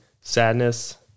sadness